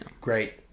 Great